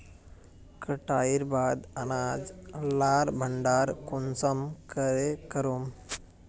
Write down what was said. कटाईर बाद अनाज लार भण्डार कुंसम करे करूम?